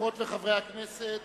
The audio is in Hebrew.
חברות וחברי הכנסת,